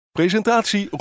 presentatie